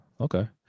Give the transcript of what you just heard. okay